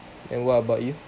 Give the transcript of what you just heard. then what about you